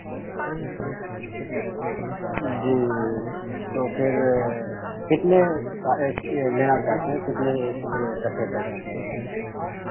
جی جی تو پھر کتنے لینا چاہتے ہیں کتنے لیے کٹھے تک